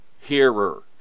hearer